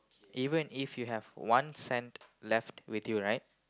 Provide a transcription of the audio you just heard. even if you have one cent left with you right